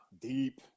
Deep